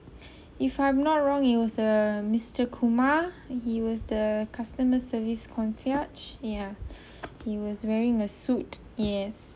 if I'm not wrong it was a mister Kumar he was the customer service concierge ya he was wearing a suit yes